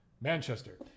Manchester